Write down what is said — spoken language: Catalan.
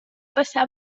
passar